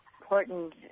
important